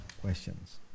questions